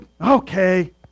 okay